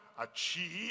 achieve